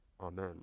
Amen